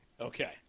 Okay